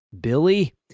Billy